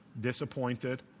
disappointed